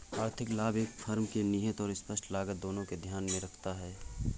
आर्थिक लाभ एक फर्म की निहित और स्पष्ट लागत दोनों को ध्यान में रखता है